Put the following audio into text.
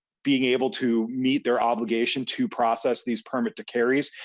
being able to meet their obligation to process these permit to carry us.